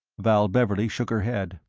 val beverley shook her head.